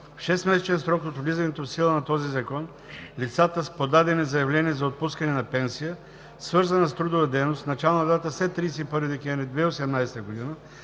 6-месечен срок от влизането в сила на този закон лицата с подадени заявления за отпускане на пенсия, свързана с трудова дейност, с начална дата след 31 декември 2018 г.,